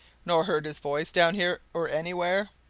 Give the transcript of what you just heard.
nor heard his voice down here or anywhere?